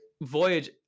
Voyage